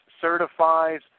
certifies